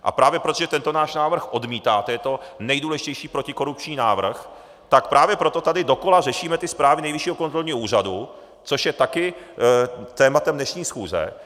A právě proto, že tento náš návrh odmítáte, je to nejdůležitější protikorupční návrh, tak právě proto tady dokola řešíme zprávy Nejvyššího kontrolního úřadu, což je také téma dnešní schůze.